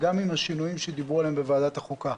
וגם עם השינויים שדיברו עליהם בוועדת החוקה.